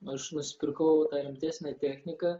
aš nusipirkau tą rimtesnę techniką